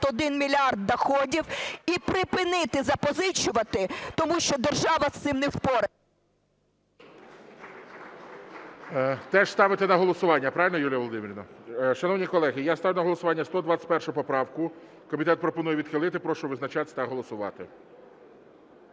161 мільярд доходів і припинити запозичувати, тому що держава з цим не … ГОЛОВУЮЧИЙ. Теж ставити на голосування, правильно, Юлія Володимирівна? Шановні колеги, я ставлю на голосування 121 поправку. Комітет пропонує відхилити. Прошу визначатись та голосувати.